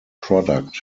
product